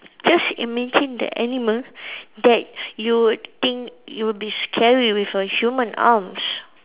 just imagine that animal that you would think it will be scary with a human arms